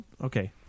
okay